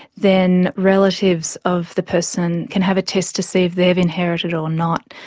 then relatives of the person can have a test to see if they've inherited it or not,